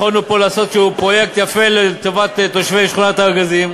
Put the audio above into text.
יכולנו פה לעשות איזשהו פרויקט יפה לטובת תושבי שכונת הארגזים.